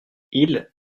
ils